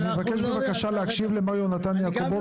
אני מבקש בבקשה להקשיב למר יהונתן יעקובוביץ.